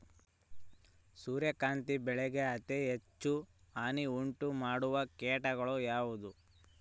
ಸೂರ್ಯಕಾಂತಿ ಬೆಳೆಗೆ ಅತೇ ಹೆಚ್ಚು ಹಾನಿ ಉಂಟು ಮಾಡುವ ಕೇಟ ಯಾವುದು?